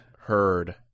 heard